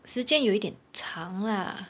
时间有一点长 lah